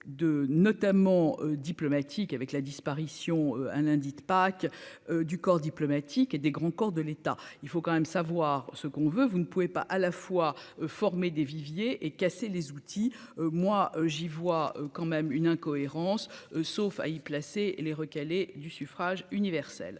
notamment diplomatiques avec la disparition un lundi de Pâques, du corps diplomatique et des grands corps de l'État, il faut quand même savoir ce qu'on veut, vous ne pouvez pas à la fois former des viviers et casser les outils, moi j'y vois quand même une incohérence, sauf à y placer les recalés du suffrage universel.